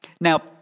now